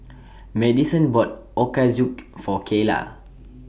Madison bought Ochazuke For Kayla